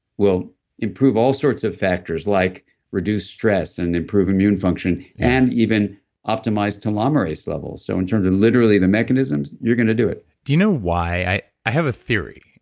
will improve all sorts of factors, like reduced stress and improved immune function, and even optimize telomerase levels. so in terms of literally the mechanisms, you're going to do it do you know why. i i have a theory.